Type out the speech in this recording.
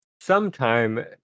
sometime